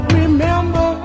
remember